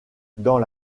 dans